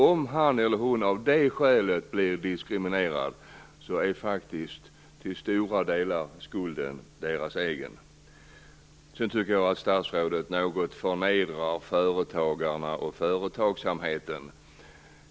Om han eller hon blir diskriminerad av det skälet är faktiskt skulden till stor del hans eller hennes egen. Jag tycker att statsrådet något förnedrar företagarna och företagsamheten.